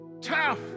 tough